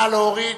נא להוריד.